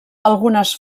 algunes